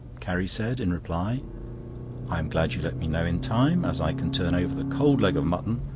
carrie said, in reply i am glad you let me know in time, as i can turn over the cold leg of mutton,